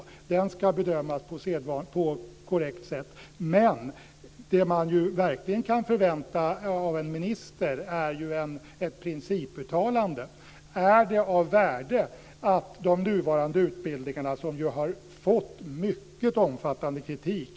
Den ska bedömas på korrekt sätt. Men det man verkligen kan förvänta sig av en minister är ett principuttalande. De nuvarande utbildningarna har ju fått mycket omfattande kritik.